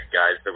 guys